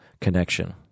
connection